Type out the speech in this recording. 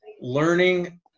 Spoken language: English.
learning